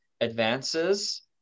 advances